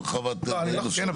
או הרחבת --- כן,